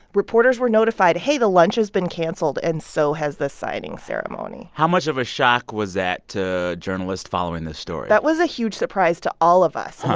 reporters were notified, hey, the lunch has been canceled and so has the signing ceremony how much of a shock was that to journalists following this story? that was a huge surprise to all of us. i